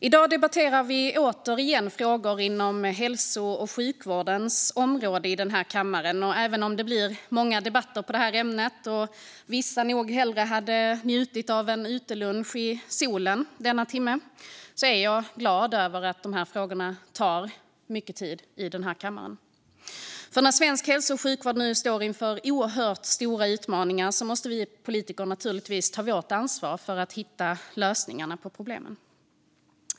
I dag debatterar vi återigen frågor inom hälso och sjukvårdens område, och även om det blir många debatter i ämnet och vissa nog hellre hade njutit av en utelunch i solen denna timme är jag glad över att dessa viktiga frågor tar upp mycket tid i den här kammaren, för när svensk hälso och sjukvård nu står inför oerhört stora utmaningar måste vi politiker ta vårt ansvar för att hitta lösningarna på problemen.